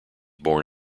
born